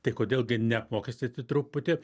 tai kodėl gi neapmokestinti truputį